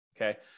Okay